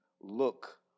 look